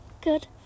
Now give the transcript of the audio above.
Good